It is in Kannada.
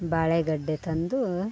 ಬಾಳೆ ಗಡ್ಡೆ ತಂದು